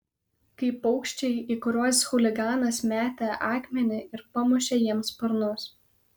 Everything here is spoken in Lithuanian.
kaip paukščiai į kuriuos chuliganas metė akmenį ir pamušė jiems sparnus